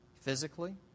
physically